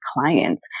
clients